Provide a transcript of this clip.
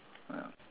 ya